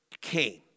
came